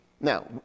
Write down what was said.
Now